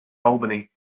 albany